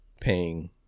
paying